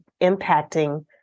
impacting